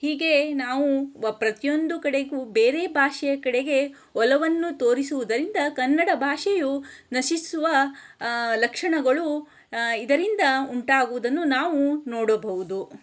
ಹೀಗೆಯೇ ನಾವು ಪ್ರತಿಯೊಂದು ಕಡೆಗೂ ಬೇರೆ ಭಾಷೆಯ ಕಡೆಗೆ ಒಲವನ್ನು ತೋರಿಸುವುದರಿಂದ ಕನ್ನಡ ಭಾಷೆಯು ನಶಿಸುವ ಲಕ್ಷಣಗಳು ಇದರಿಂದ ಉಂಟಾಗುವುದನ್ನು ನಾವು ನೋಡಬಹುದು